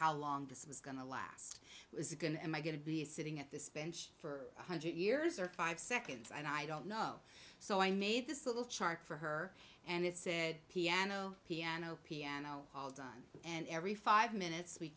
how long this was going to last was going and i get to be sitting at this bench for one hundred years or five seconds and i don't know so i made this little chart for her and it said piano piano piano and every five minutes we